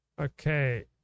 Okay